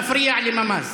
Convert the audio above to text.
ממ"ז מפריע לממ"ז.